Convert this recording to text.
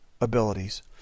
abilities